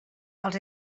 els